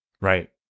right